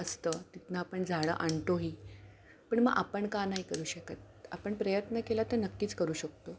असतं तिथून आपण झाडं आणतोही पण मग आपण का नाही करू शकत आपण प्रयत्न केला तर नक्कीच करू शकतो